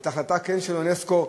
את ההחלטה של אונסק"ו,